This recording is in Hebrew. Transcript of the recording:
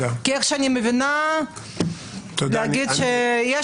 כפי שאני מבינה וכפי שאני רואה את זה,